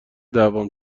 دعوام